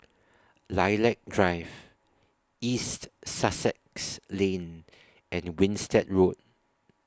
Lilac Drive East Sussex Lane and Winstedt Road